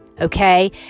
okay